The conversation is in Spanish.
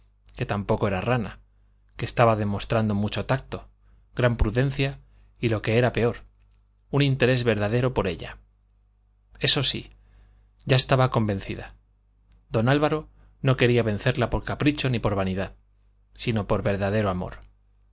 que tampoco era rana que estaba demostrando mucho tacto gran prudencia y lo que era peor un interés verdadero por ella eso sí ya estaba convencida don álvaro no quería vencerla por capricho ni por vanidad sino por verdadero amor